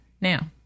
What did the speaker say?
Now